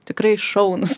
tikrai šaunūs